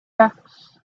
books